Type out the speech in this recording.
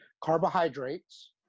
carbohydrates